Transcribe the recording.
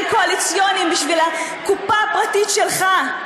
קואליציוניים בשביל הקופה הפרטית שלך.